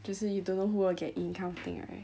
就是 you don't know who will get in kind of thing right